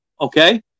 Okay